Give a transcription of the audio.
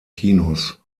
kinos